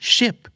Ship